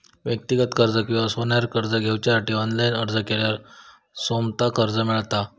व्यक्तिगत कर्ज किंवा सोन्यार कर्ज घेवच्यासाठी ऑनलाईन अर्ज केल्यार सोमता कर्ज मेळता